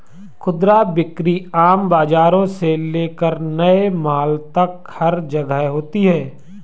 खुदरा बिक्री आम बाजारों से लेकर नए मॉल तक हर जगह होती है